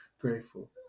Grateful